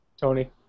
Tony